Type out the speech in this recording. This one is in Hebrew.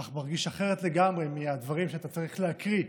אך מרגיש אחרת לגמרי מהדברים שאתה צריך להקריא.